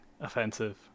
offensive